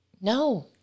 No